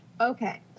Okay